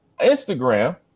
Instagram